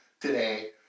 today